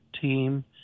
team